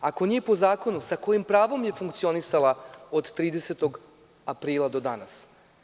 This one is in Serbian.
Ako nije po zakonu, sa kojim pravom je funkcionisala od 30. aprila do danas?